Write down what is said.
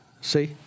See